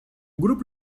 grupo